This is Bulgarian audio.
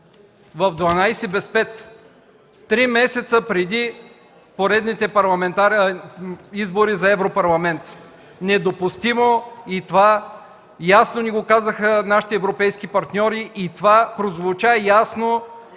в 12 без 5, три месеца преди поредните избори за Европарламент. Недопустимо! И това ясно ни го казаха нашите европейски партньори, то прозвуча ясно